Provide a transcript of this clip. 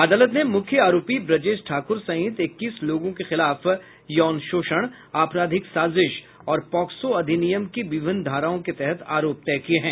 अदालत ने मुख्य आरोपी ब्रजेश ठाकुर सहित इक्कीस लोगों के खिलाफ यौन शोषण आपराधिक साजिश और पॉक्सो अधिनियम के विभिन्न धाराओं के तहत आरोप तय किये हैं